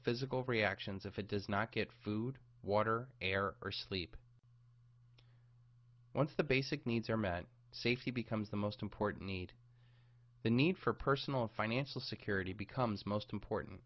physical reactions if it does not get food water air or sleep once the basic needs are met safety becomes the most important need the need for personal financial security becomes most important